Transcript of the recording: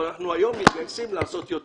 אבל היום אנחנו מתגייסים לעשות יותר